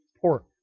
pork